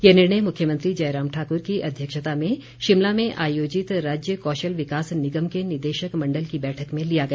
ये निर्णय मुख्यमंत्री जयराम ठाकुर की अध्यक्षता में शिमला में आयोजित राज्य कौशल विकास निगम के निदेशक मण्डल की बैठक में लिया गया